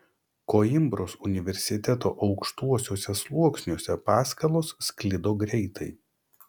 koimbros universiteto aukštuosiuose sluoksniuose paskalos sklido greitai